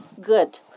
good